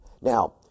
Now